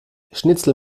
schnitzel